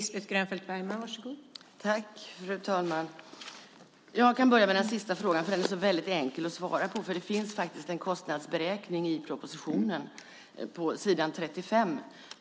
Fru talman! Jag börjar med den sista frågan. Den är väldigt enkelt att svara på. Det finns faktiskt en kostnadsberäkning i propositionen, på s. 35.